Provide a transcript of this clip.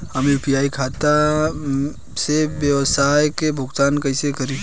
हम यू.पी.आई खाता से व्यावसाय के भुगतान कइसे करि?